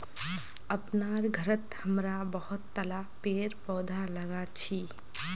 अपनार घरत हमरा बहुतला पेड़ पौधा लगाल छि